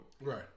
Right